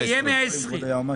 זה יהיה 120. כן,